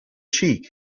cheek